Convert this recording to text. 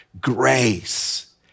grace